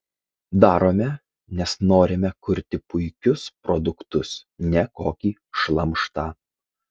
darome nes norime kurti puikius produktus ne kokį šlamštą